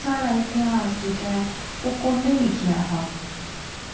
साढ़ा इतेहास जेह्का ऐ ओह् कु'न्नै लिखेआ हा